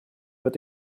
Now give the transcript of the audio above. wird